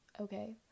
okay